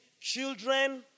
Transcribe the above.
children